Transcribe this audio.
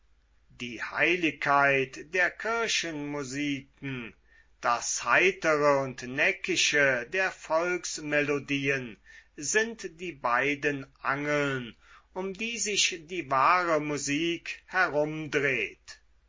die heiligkeit der kirchenmusiken das heitere und neckische der volksmelodien sind die beiden angeln um die sich die wahre musik herumdreht